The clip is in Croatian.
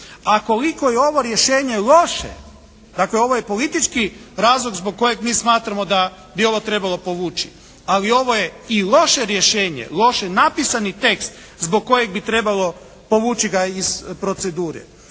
A koliko je ovo rješenje loše, dakle ovo je politički razlog zbog kojeg mi smatramo da bi ovo trebalo povući ali ovo je i loše rješenje, loše napisani tekst zbog kojeg bi trebalo povući ga iz procedure.